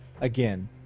Again